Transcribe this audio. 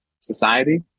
society